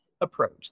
approach